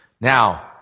Now